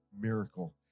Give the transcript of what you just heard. miracle